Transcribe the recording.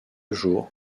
jour